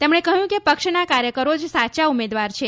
તેમણે કહ્યું કે પક્ષના કાર્યકરો જ સાચા ઉમેદવાર છે